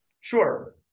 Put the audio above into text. Sure